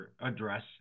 address